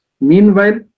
Meanwhile